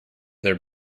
their